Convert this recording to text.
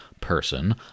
person